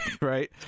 right